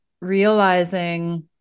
realizing